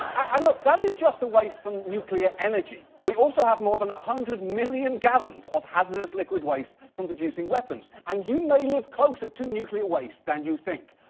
and look, that is just the waste from nuclear energy. we also have more than one hundred million gallons of hazardous liquid waste from producing weapons. and you may live closer to nuclear waste than you think.